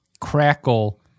crackle